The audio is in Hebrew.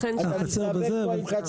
לכן שאלתי.